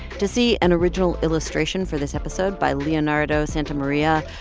to see an original illustration for this episode by leonardo santamaria,